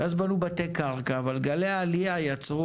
ואז בנו בתי קרקע אבל גלי העלייה יצרו